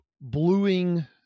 bluing